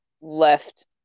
left